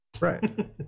Right